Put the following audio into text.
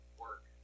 work